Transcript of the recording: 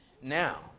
now